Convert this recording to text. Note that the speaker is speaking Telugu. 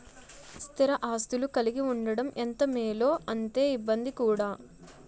స్థిర ఆస్తులు కలిగి ఉండడం ఎంత మేలో అంతే ఇబ్బంది కూడా